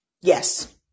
yes